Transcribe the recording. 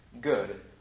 good